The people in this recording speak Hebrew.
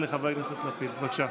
חברת הכנסת גוטליב, שקט, בבקשה.